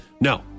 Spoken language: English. No